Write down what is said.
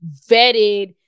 vetted